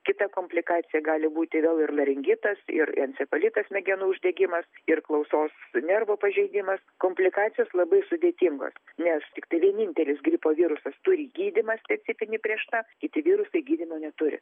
kita komplikacija gali būti vėl ir laringitas ir encefalitas smegenų uždegimas ir klausos nervo pažeidimas komplikacijos labai sudėtingos nes tiktai vienintelis gripo virusas turi gydymą specifinį prieš tą kiti virusai gydymo neturi